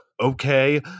Okay